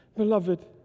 beloved